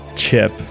Chip